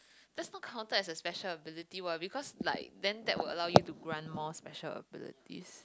that's not counted as a special ability what because like then that will allow you to grant more special abilities